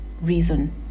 reason